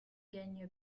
gagne